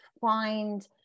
find